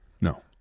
No